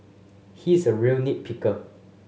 he is a real nit picker